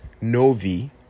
Novi